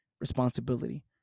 responsibility